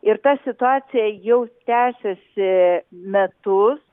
ir ta situacija jau tęsiasi metus